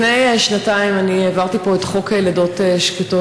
לפני שנתיים אני העברתי פה את חוק לידות שקטות,